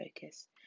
focus